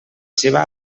seua